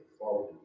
follow